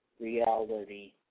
reality